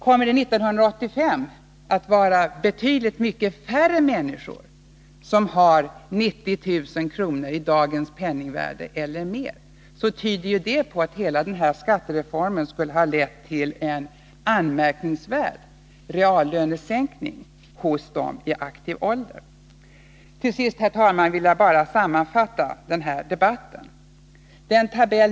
Kommer det år 1985 att vara betydligt färre människor som kommer att ha 90 000 kr. i dagens penningvärde eller mer, tyder det ju på att hela den här skattereformen har lett till en anmärkningsvärd reallönesänkning för dem som är i aktiv ålder. Till sist, herr talman, vill jag sammanfatta den här debatten: 1. Den tab.